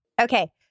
Okay